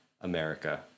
America